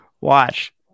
Watch